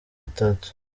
atatu